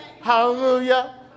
Hallelujah